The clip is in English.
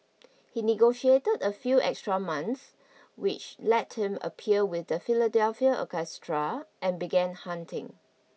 he negotiated a few extra months which let him appear with the Philadelphia orchestra and began hunting